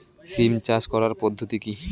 সিম চাষ করার পদ্ধতি কী?